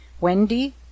Wendy